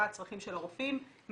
מה הצרכים של הרופאים,